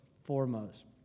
foremost